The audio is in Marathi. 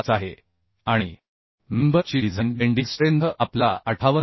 25 आहे आणि मेंबर ची डिझाईन बेंडींग स्ट्रेंथ आपल्याला 58